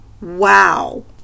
wow